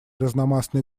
разномастной